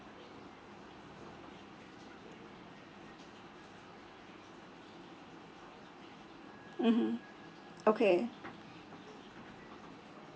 mmhmm okay